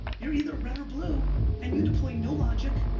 you're either red or blue and you deploy no logic,